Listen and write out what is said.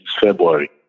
February